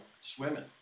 swimming